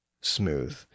smooth